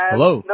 Hello